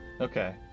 okay